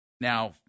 Now